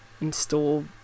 install